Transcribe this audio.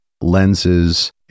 lenses